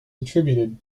attributed